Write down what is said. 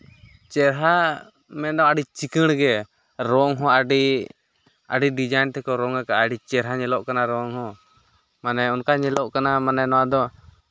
ᱪᱮᱦᱨᱟ ᱢᱮᱱᱫᱚ ᱟᱹᱰᱤ ᱪᱤᱠᱟᱹᱲ ᱜᱮ ᱨᱚᱝ ᱦᱚᱸ ᱟᱹᱰᱤ ᱰᱤᱡᱟᱭᱤᱱ ᱛᱮᱠᱚ ᱨᱚᱝ ᱠᱟᱜᱼᱟ ᱟᱹᱰᱤ ᱪᱮᱦᱨᱟ ᱧᱮᱞᱚᱜ ᱠᱟᱱᱟ ᱨᱚᱝ ᱦᱚᱸ ᱢᱟᱱᱮ ᱚᱱᱠᱟ ᱧᱮᱞᱚᱜ ᱠᱟᱱᱟ ᱢᱟᱱᱮ ᱱᱚᱣᱟ ᱫᱚ